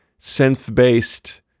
synth-based